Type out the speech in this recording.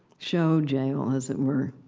show jail, as it were.